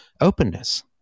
openness